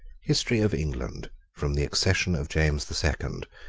history of england from the accession of james the second